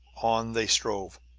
on they strove.